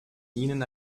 ihnen